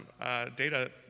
data